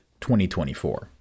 2024